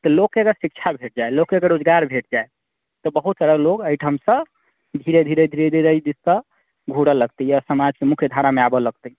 तऽ लोककेँ अगर शिक्षा भेट जाए लोककेँ अगर रोजगार भेट जाए तऽ बहुत सारा लोग एहिठामसँ धीरे धीरे धीरे धीरे एहि दिससँ घूरऽ लगतै या समाज से मुख्य धारामे आबऽ लगतै